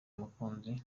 mukunzi